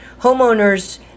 homeowners